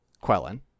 Quellen